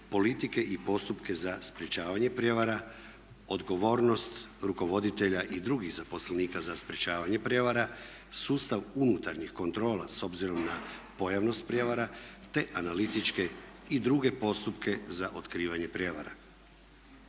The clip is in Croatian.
politike i postupke za sprječavanje prijevara, odgovornost rukovoditelja i drugih zaposlenika za sprječavanje prijevara, sustav unutarnjih kontrola s obzirom na pojavnost prijevara te analitičke i druge postupke za otkrivanje prijevara.